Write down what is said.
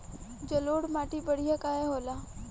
जलोड़ माटी बढ़िया काहे होला?